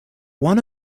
one